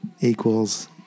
equals